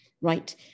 right